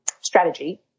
strategy